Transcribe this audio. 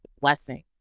blessing